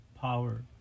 power